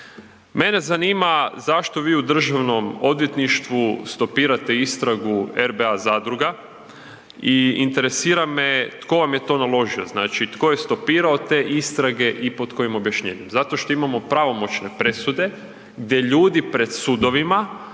Mene zanima zašto vi u Državnom odvjetništvu stopirate istragu RBA zadruga i interesira me tko vam je to naložio? Znači tko je stopirao te istrage i pod kojim objašnjenjem? Zato što imamo pravomoćne presude gdje ljudi pred sudovima